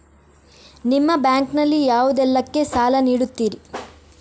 ನಿಮ್ಮ ಬ್ಯಾಂಕ್ ನಲ್ಲಿ ಯಾವುದೇಲ್ಲಕ್ಕೆ ಸಾಲ ನೀಡುತ್ತಿರಿ?